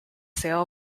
sale